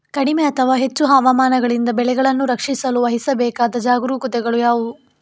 ಕಡಿಮೆ ಅಥವಾ ಹೆಚ್ಚು ಹವಾಮಾನಗಳಿಂದ ಬೆಳೆಗಳನ್ನು ರಕ್ಷಿಸಲು ವಹಿಸಬೇಕಾದ ಜಾಗರೂಕತೆಗಳು ಯಾವುವು?